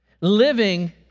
living